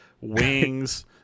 wings